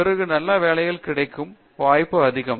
பிறகு நல்ல வேலைகள் கிடைக்கும் வாய்ப்பு அதிகம்